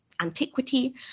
antiquity